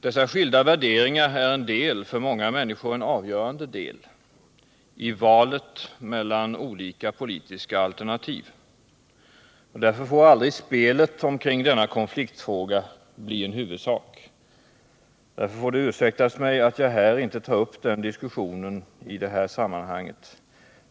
Dessa skilda värderingar är en del — för många människor en avgörande del —- i valet mellan olika politiska alternativ. Därför får aldrig spelet omkring denna konfliktfråga bli en huvudsak. Därför får det ursäktas mig att jag inte tar upp den diskussionen i detta sammanhang.